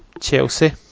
Chelsea